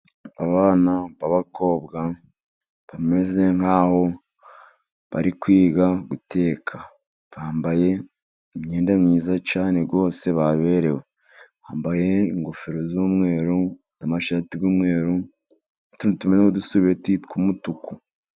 Abana b'abakobwa bameze nkaho bari kwiga guteka, bambaye imyenda myiza cyane rwose, baberewe, bambaye ingofero z'umweru, n'amashati y'umweru, n'utuntu tumeze nk'udusarubeti tw'umutuku.